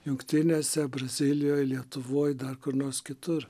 jungtinėse brazilijoj lietuvoj dar kur nors kitur